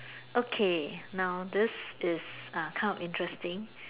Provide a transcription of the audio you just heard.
okay now this is uh kind of interesting